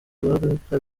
guharabika